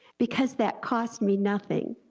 because that cost me nothing,